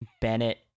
Bennett